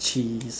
cheese